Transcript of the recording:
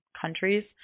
countries